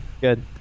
Good